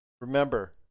remember